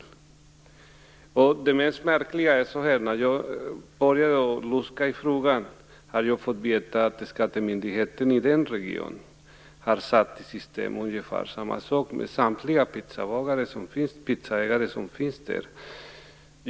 Det mest märkliga är att jag när jag började luska i frågan fick veta att skattemyndigheten i den regionen har satt ungefär samma sak i system med samtliga pizzeriaägare där.